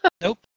Nope